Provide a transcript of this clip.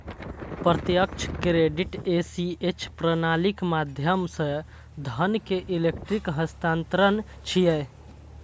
प्रत्यक्ष credit ACH प्रणालीक माध्यम सं धन के इलेक्ट्रिक हस्तांतरण छियै